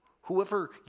whoever